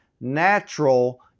natural